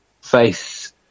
face